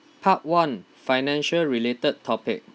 part one financial related topic